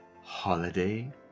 holiday